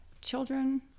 children